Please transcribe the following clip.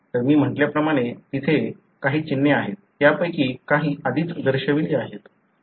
तर मी म्हटल्याप्रमाणे तिथे काही चिन्हे आहेत त्यापैकी काही आधीच दर्शविले आहेत